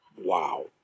Wow